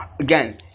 again